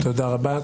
תודה רבה.